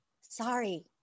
Sorry